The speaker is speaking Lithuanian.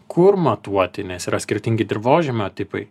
kur matuoti nes yra skirtingi dirvožemio tipai